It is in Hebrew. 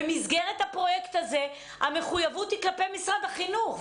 ובמסגרת הפרויקט הזה המחויבות היא של משרד החינוך.